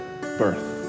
birth